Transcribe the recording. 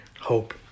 Hope